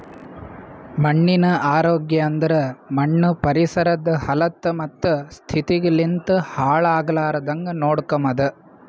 ಮಣ್ಣಿನ ಆರೋಗ್ಯ ಅಂದುರ್ ಮಣ್ಣು ಪರಿಸರದ್ ಹಲತ್ತ ಮತ್ತ ಸ್ಥಿತಿಗ್ ಲಿಂತ್ ಹಾಳ್ ಆಗ್ಲಾರ್ದಾಂಗ್ ನೋಡ್ಕೊಮದ್